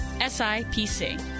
SIPC